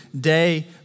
day